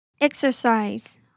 Exercise